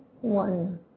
one